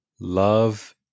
love